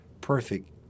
perfect